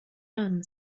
man